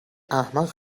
احمق